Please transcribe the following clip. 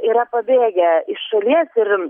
yra pabėgę iš šalies ir